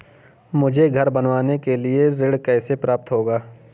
मुझे घर बनवाने के लिए ऋण कैसे प्राप्त होगा?